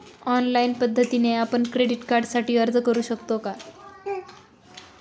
Online पद्धतीने आपण credit कार्डसाठी अर्ज करु शकतो का?